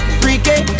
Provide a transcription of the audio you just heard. freaky